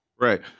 Right